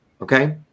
okay